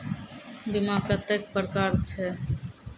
बीमा कत्तेक प्रकारक छै?